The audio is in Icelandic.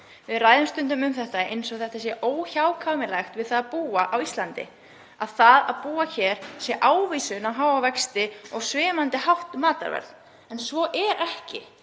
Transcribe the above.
Við ræðum stundum um þetta eins og það sé óhjákvæmilegt við það að búa á Íslandi, að það að búa hér sé ávísun á háa vexti og svimandi hátt matarverð. En svo er ekki.